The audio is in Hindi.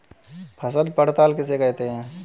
फसल पड़ताल किसे कहते हैं?